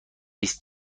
است